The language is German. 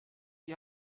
die